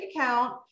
account